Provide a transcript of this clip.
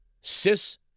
cis